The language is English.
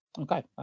Okay